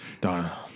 Donna